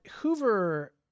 Hoover